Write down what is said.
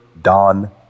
Don